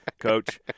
coach